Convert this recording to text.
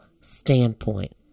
standpoint